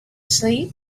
sleep